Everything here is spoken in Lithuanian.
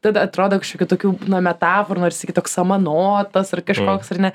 tad atrodo kažkokių tokių metaforų norisi sakyt toks samanotas ar kažkoks ar ne